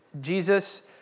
Jesus